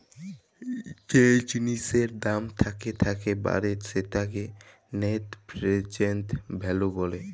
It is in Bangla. যে জিলিসের দাম থ্যাকে থ্যাকে বাড়ে সেটকে লেট্ পেরজেল্ট ভ্যালু ব্যলে